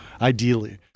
ideally